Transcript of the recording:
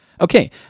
Okay